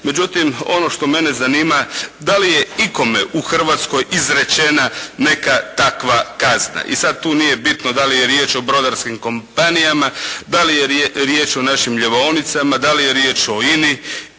Međutim, ono što mene zanima da li je ikome u Hrvatskoj izrečena neka takva kazna. I sad tu nije bitno da li je riječ o brodarskim kompanijama, da li je riječ o našim ljevaonicama, da li je riječ o INA-i